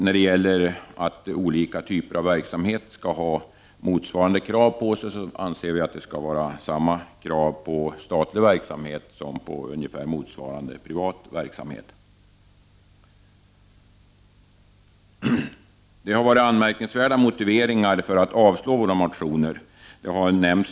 Vi anser att det skall ställas samma krav på statlig verksamhet som på motsvarande privat verksamhet. Det är alltså inte fallet i dag. Motiveringarna för att avslå våra motioner är anmärkningsvärda.